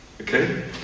Okay